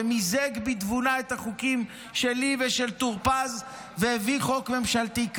מיזג בתבונה את החוקים שלי ושל טור פז והביא חוק ממשלתי.